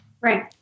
Right